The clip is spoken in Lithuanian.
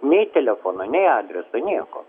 nei telefono nei adreso nieko